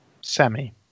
Semi